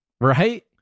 right